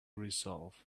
resolve